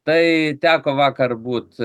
tai teko vakar būt